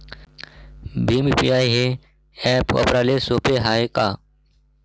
Bhim UPI हे app वापराले सोपे हाय का?